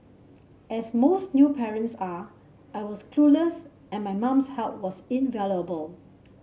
as most new parents are I was clueless and my mum's help was invaluable